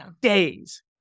days